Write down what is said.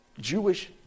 Jewish